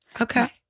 okay